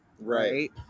Right